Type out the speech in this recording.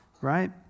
right